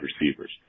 receivers